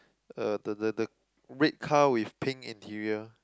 a the the the red car with pink interior